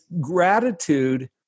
gratitude